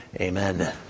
amen